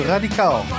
Radical